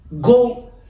Go